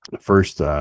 first